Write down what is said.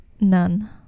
None